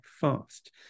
fast